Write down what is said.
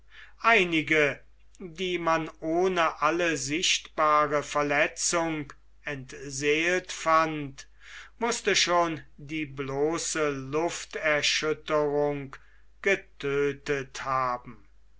einige die man ohne alle sichtbare verletzung entseelt fand mußte schon die bloße lufterschütterung getödtet haben